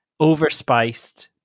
Overspiced